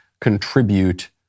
contribute